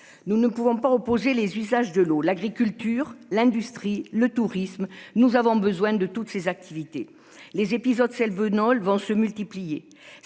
Nous ne pouvons pas opposer les usages de l'eau l'agriculture, l'industrie, le tourisme. Nous avons besoin de toutes ses activités les épisodes Selve Nole vont se multiplier,